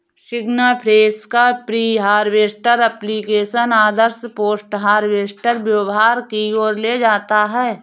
सिग्नाफ्रेश का pre harvest application आदर्श post harvest व्यवहार की ओर ले जाता है